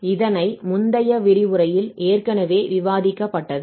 இதனை முந்தைய விரிவுரையில் ஏற்கனவே விவாதிக்கப்பட்டது